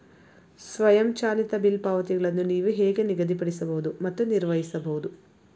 ಸ್ವಯಂಚಾಲಿತ ಬಿಲ್ ಪಾವತಿಗಳನ್ನು ನೀವು ಹೇಗೆ ನಿಗದಿಪಡಿಸಬಹುದು ಮತ್ತು ನಿರ್ವಹಿಸಬಹುದು?